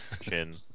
chin